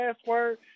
password